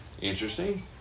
interesting